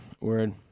Word